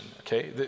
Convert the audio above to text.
okay